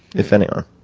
if any are?